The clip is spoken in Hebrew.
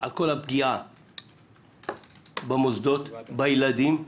על כל הפגיעה במוסדות, בילדים.